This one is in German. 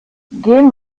gehen